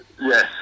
Yes